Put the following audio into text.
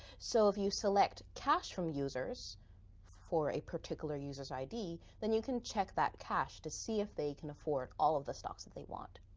so if you select cash from users for a particular user's id, then you can check that cash to see if they can afford all of the stocks that they want.